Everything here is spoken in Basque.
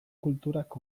kulturak